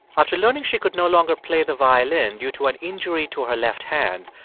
after learning she could no longer play the violin due to an injury to her left hand,